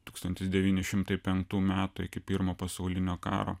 tūkstantis devyni šimtai penktų metų iki pirmo pasaulinio karo